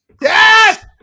Yes